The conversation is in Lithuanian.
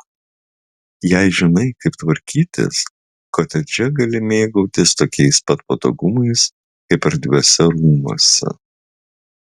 jei žinai kaip tvarkytis kotedže gali mėgautis tokiais pat patogumais kaip erdviuose rūmuose